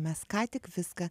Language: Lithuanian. mes ką tik viską